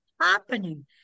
happening